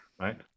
right